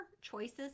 choices